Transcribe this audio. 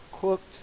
cooked